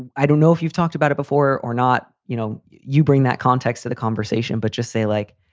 and i don't know if you've talked about it before or not. you know, you bring that context to the conversation, but just say like.